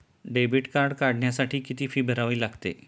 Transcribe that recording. Debit card काढण्यासाठी किती fee भरावी लागते?